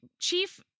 Chief